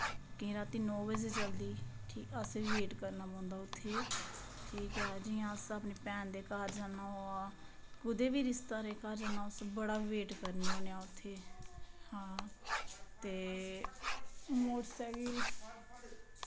केंई राती नौ बज़े चलदी कि असें बी वेट करना पौंदा उत्थें ठीक ऐ जियां अस अपने भैन दे घर जाना होऐ कुदै बी रिश्तेदारें घर जाना असैं बड़ा वेट करने होन्ने आं उत्थें हां ते मोटर सैकल